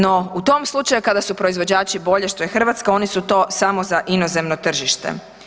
No u tom slučaju, kada su proizvođači bolje, što je Hrvatska, oni su to samo za inozemno tržište.